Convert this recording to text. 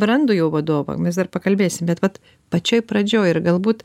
brandų jau vadovą mes dar pakalbėsim bet vat pačioj pradžioj ir galbūt